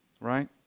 Right